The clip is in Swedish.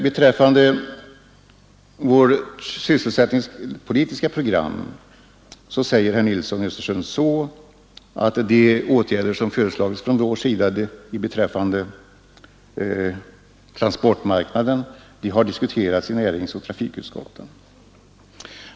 Beträffande vårt sysselsättningspolitiska program säger herr Nilsson i Östersund att de åtgärder som föreslagits från vår sida beträffande transportmarknaden har diskuterats i näringsoch trafikutskotten.